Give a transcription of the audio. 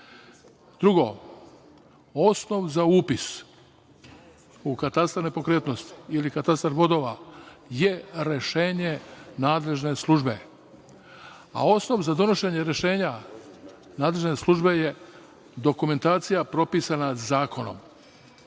jasno. Drugo, osnov za upis u Katastar nepokretnosti ili Katastar vodova je rešenje nadležne službe, a osnov za donošenje rešenja nadležne službe je dokumentacija propisana zakonom.